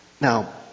Now